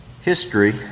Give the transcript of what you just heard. History